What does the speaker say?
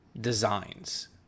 designs